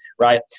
right